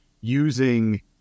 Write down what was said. using